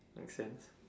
make sense